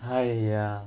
!haiya!